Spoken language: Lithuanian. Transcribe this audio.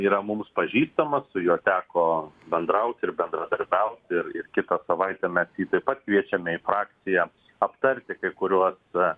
yra mums pažįstamas su juo teko bendraut ir bendradarbiaut ir kitą savaitę mes jį taip pat kviečiame į frakciją aptarti kai kuriuos